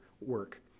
work